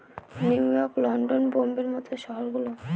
new York, London, বোম্বের মত শহর গুলো